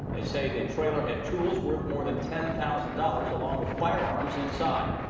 they say, the trailer had tools. worth more than ten thousand dollars. along with firearms inside.